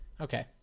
Okay